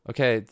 Okay